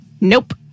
Nope